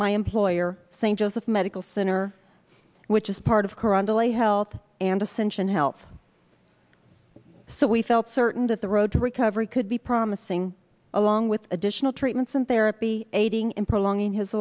my employer st joseph medical center which is part of carondelet health and ascension health so we felt certain that the road to recovery could be promising along with additional treatments and therapy aiding in prolonging his